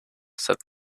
said